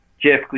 Jeff